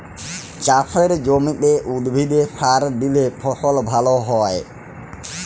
চাসের জমিতে উদ্ভিদে সার দিলে ফসল ভাল হ্য়য়ক